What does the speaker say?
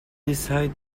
decide